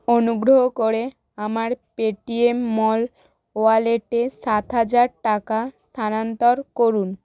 অনুগ্রহ করে আমার পেটিএম মল ওয়ালেটে সাত হাজার টাকা স্থানান্তর করুন